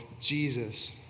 Jesus